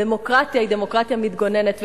דמוקרטיה היא דמוקרטיה מתגוננת,